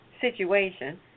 situation